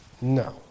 no